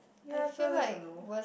ya so that's a no